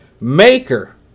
maker